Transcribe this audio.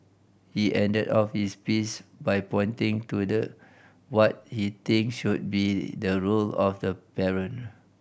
he ended off his piece by pointing to the what he thinks should be the role of the parent